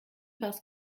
parce